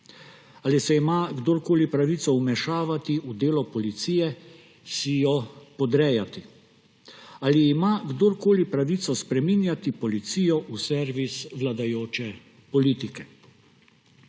Ali se ima kdorkoli pravico vmešavati v delo policije, si jo podrejati? Ali ima kdorkoli pravico spreminjati policijo v servis vladajoče politike?